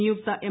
നിയുക്ത എം